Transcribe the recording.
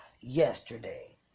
yesterday